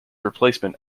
replacement